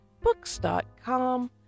books.com